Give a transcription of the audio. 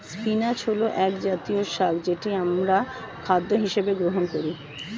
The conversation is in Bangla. স্পিনাচ্ হল একজাতীয় শাক যেটি আমরা খাদ্য হিসেবে গ্রহণ করি